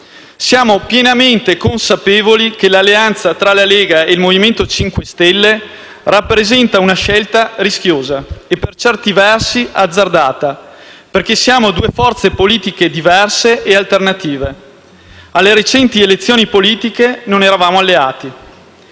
Siamo pienamente consapevoli che l'alleanza tra Lega e Movimento 5 Stelle rappresenta una scelta rischiosa e per certi versi azzardata, perché siamo due forze politiche diverse e alternative: alle recenti elezioni politiche non eravamo alleati.